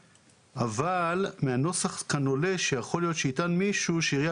אבל מהנוסח כאן עולה שיכול להיות שיטען מישהו שעירייה